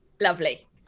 Lovely